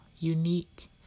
Unique